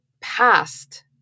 past